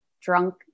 drunk